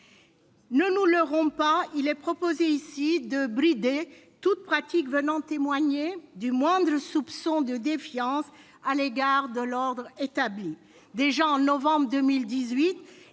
Ne nous leurrons pas : il est proposé ici de brider toutes les pratiques venant témoigner du moindre soupçon de défiance à l'égard de l'ordre établi. De l'ordre